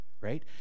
right